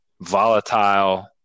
volatile